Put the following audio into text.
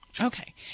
Okay